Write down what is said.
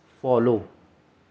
follow